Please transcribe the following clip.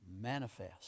manifest